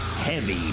Heavy